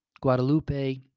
Guadalupe